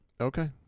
Okay